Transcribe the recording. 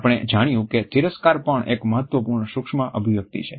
આપણે જાણ્યું કે તિરસ્કાર પણ એક મહત્વપૂર્ણ સૂક્ષ્મ અભિવ્યક્તિ છે